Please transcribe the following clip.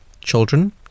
Children